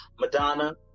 Madonna